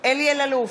אלי אלאלוף,